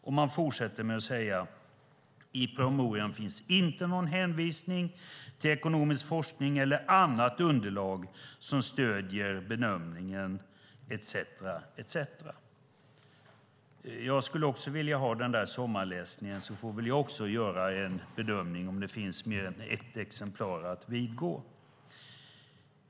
Och man fortsätter med att säga att i promemorian finns inte någon hänvisning till ekonomisk forskning eller annat underlag som stöder bedömningen, och så vidare. Jag skulle också vilja ha den där sommarläsningen så får väl jag också göra en bedömning, om det finns mer än ett exemplar att vidgå.